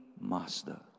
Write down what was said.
Master